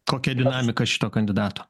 kokia dinamika šito kandidato